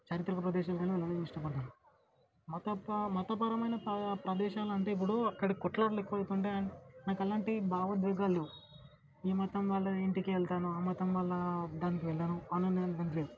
చారిత్రక ప్రదేశాలకలా వెళ్ళాలనే ఇష్టపడుతాను మతపా మతపరమైన పా ప్రదేశాలంటే ఇప్పుడు అక్కడ కొట్లాటలు ఎక్కువవుతుం నాకలాంటి భావోద్వేగాలు లేవు ఈ మతం వాళ్ళ ఇంటికే వెళ్తాను ఆ మాతం వాళ్ళ బంద్ వెళ్ళను అను నేను వింద్ వెల్